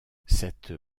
cette